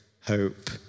hope